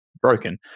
broken